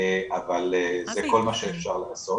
אבל זה כל מה שאפשר לעשות,